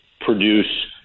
produce